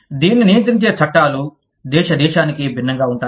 దీన్ని నియంత్రించే చట్టాలు దేశ దేశానికి భిన్నంగా ఉంటాయి